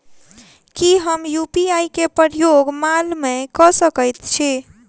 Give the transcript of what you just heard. की हम यु.पी.आई केँ प्रयोग माल मै कऽ सकैत छी?